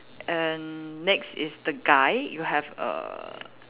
and next is the guy you have err